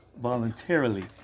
voluntarily